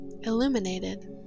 illuminated